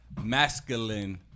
masculine